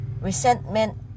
Resentment